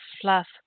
fluff